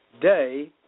day